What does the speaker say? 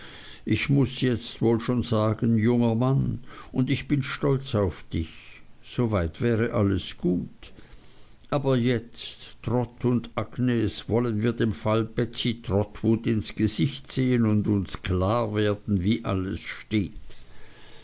ich muß jetzt wohl schon sagen junger mann und ich bin stolz auf dich so weit wäre alles gut aber jetzt trot und agnes wollen wir dem fall betsey trotwood ins gesicht sehen und uns klar wer den wie alles steht